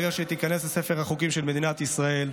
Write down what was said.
ברגע שהיא תיכנס לספר החוקים של מדינת ישראל,